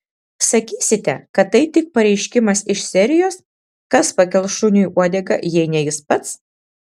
sakysite kad tai tik pareiškimas iš serijos kas pakels šuniui uodegą jei ne jis pats